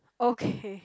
okay